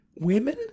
Women